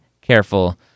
careful